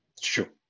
sure